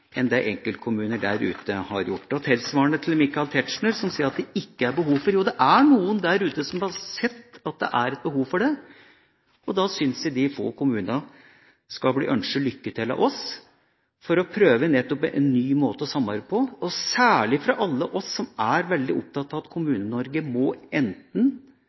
enn det enkeltkommuner der ute har gjort. Tilsvarende til Michael Tetzschner, som sier at «det ikke er behov for»: Jo, det er noen der ute som har sett at det er et behov for det. Da syns jeg de få kommunene skal bli ønsket lykke til av oss for å prøve nettopp en ny måte å samarbeide på, og særlig fra alle oss som er veldig opptatt av at Kommune-Norge enten må